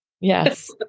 Yes